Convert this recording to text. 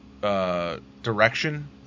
direction